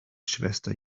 schwester